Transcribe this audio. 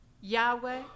Yahweh